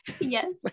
Yes